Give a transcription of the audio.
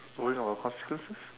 worrying about consequences